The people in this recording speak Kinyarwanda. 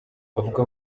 bavuga